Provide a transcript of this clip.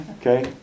Okay